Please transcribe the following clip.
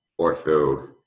ortho